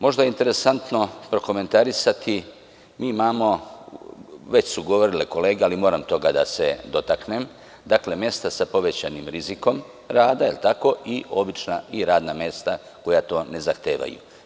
Možda je interesantno prokomentarisati, mi imamo, već su govorile kolege, ali moram toga da se dotaknem, dakle, mesta sa povećanim rizikom rada i radna mesta koja to ne zahtevaju.